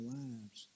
lives